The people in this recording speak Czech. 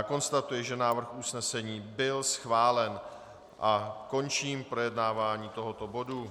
Konstatuji, že návrh usnesení byl schválen, a končím projednávání tohoto bodu.